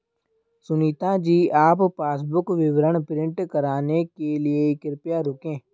सुनीता जी आप पासबुक विवरण प्रिंट कराने के लिए कृपया रुकें